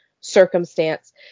circumstance